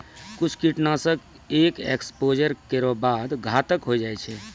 कुछ कीट नाशक एक एक्सपोज़र केरो बाद घातक होय जाय छै